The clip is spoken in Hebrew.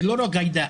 זה לא רק כלפי ג'ידא,